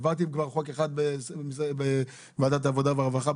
והעברתם כבר חוק אחד בוועדת העבודה והרווחה,